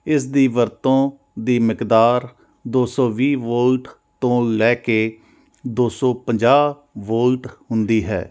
ਇਸ ਦੀ ਵਰਤੋਂ ਦੀ ਮਿਕਦਾਰ ਦੋ ਸੌ ਵੀਹ ਵੋਲਟ ਤੋਂ ਲੈ ਕੇ ਦੋ ਸੌ ਪੰਜਾਹ ਵੋਲਟ ਹੁੰਦੀ ਹੈ